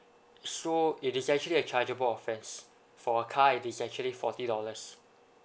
so it is actually a chargeable offence for a car it is actually forty dollars